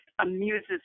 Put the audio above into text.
amuses